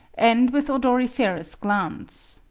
and with odoriferous glands.